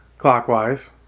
Clockwise